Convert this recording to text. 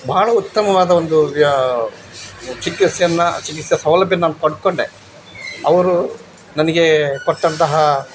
ಭಾಳ ಉತ್ತಮವಾದ ಒಂದು ವ್ಯ ಚಿಕಿತ್ಸೆಯನ್ನ ಚಿಕಿತ್ಸಾ ಸೌಲಭ್ಯ ನಾನು ಪಡಕೊಂಡೆ ಅವರು ನನಗೆ ಕೊಟ್ಟಂತಹ